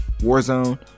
Warzone